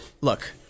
look